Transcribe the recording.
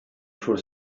for